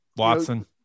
Watson